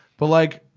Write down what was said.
but, like.